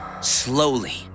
Slowly